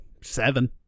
seven